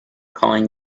calling